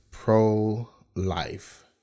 pro-life